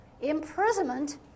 imprisonment